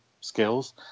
skills